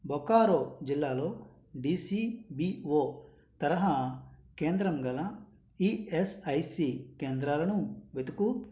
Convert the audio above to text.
బొకారో జిల్లాలో డిసిబిఓ తరహా కేంద్రం గల ఈఎస్ఐసి కేంద్రాలను వెతుకు